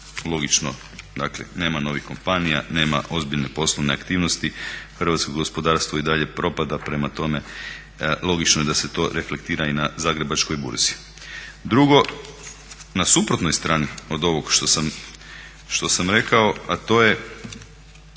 Logično, dakle nema novih kompanija, nema ozbiljne poslovne aktivnosti, hrvatsko gospodarstvo i dalje propada, prema tome logično je da se to reflektira i na Zagrebačkoj burzi. Drugo, na suprotnoj strani od ovog što sam rekao a to je,